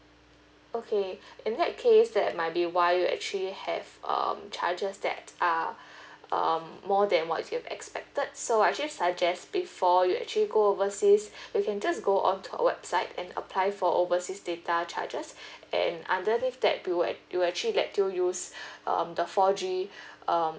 okay in that case that might be why you actually have um charges that are um more than what you expected so I actually suggest before you actually go overseas you can just go on to our website and apply for overseas data charges and under this that you will you will actually let still use um the four G um